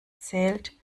zählt